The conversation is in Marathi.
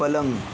पलंग